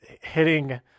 hitting